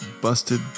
Busted